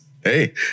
Hey